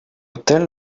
tell